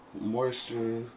Moisture